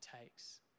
takes